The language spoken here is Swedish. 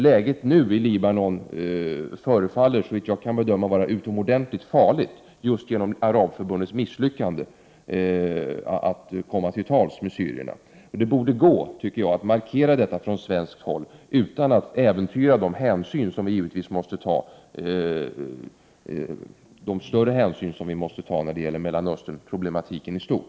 Läget i Libanon nu förefaller, såvitt jag kan bedöma det, vara utomordentligt farligt genom Arabförbundets misslyckande att komma till tals med syrierna. Det borde gå, tycker jag, att markera detta från svenskt håll utan att äventyra de större hänsyn som vi givetvis måste ta i Mellanösternproblematiken i stort.